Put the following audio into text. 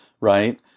right